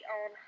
on